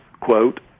quote